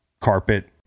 carpet